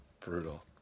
Brutal